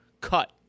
cut